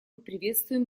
приветствуем